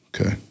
Okay